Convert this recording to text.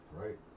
right